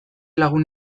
lagun